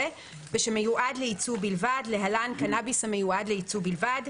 ושמיועד לייצוא בלבד ( להלן - ׁקנאביס המיועד לייצוא בלבד),